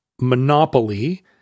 monopoly